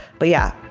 but, yeah.